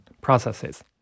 processes